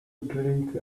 drink